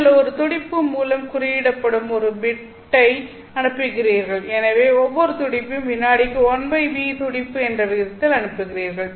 நீங்கள் ஒரு துடிப்பு மூலம் குறிப்பிடப்படும் ஒரு பிட்டை அனுப்புகிறீர்கள் எனவே ஒவ்வொரு துடிப்பையும் வினாடிக்கு 1B துடிப்பு என்ற விகிதத்தில் அனுப்புகிறீர்கள்